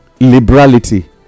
liberality